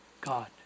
God